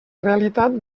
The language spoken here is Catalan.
realitat